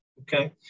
okay